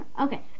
Okay